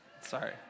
Sorry